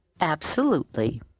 Absolutely